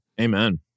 Amen